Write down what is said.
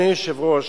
אדוני היושב-ראש,